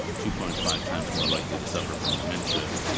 two point five times more likely to suffer from dementia.